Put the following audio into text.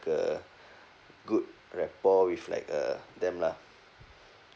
a good rapport with like uh them lah